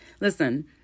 listen